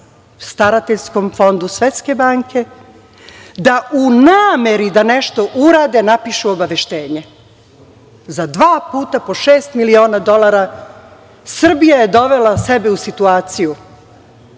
starateljskom fondu Svetske banke da u nameri da nešto urade napišu obaveštenje. Za dva puta do šest miliona dolara Srbija je dovela sebe u situaciju